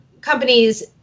companies